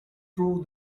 through